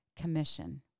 commission